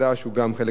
שגם הוא מהיזמים,